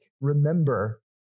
Remember